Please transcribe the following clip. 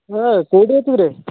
ହଁ କେଉଁଠି ଅଛୁ କିରେ